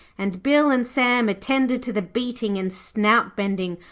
and bill and sam attended to the beating and snout-bending,